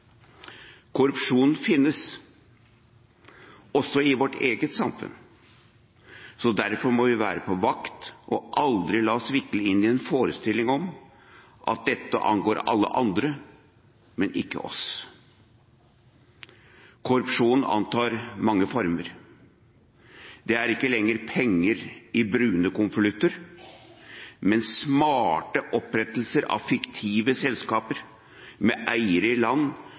Korrupsjon finnes også i vårt eget samfunn, så derfor må vi være på vakt og aldri la oss vikle inn i en forestilling om at dette angår alle andre, men ikke oss. Korrupsjon antar mange former. Det er ikke lenger penger i brune konvolutter, men smarte opprettelser av fiktive selskaper, med eiere i land